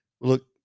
look